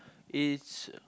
it's